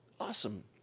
Awesome